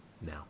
now